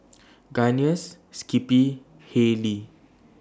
Guinness Skippy Haylee